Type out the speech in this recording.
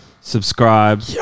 subscribe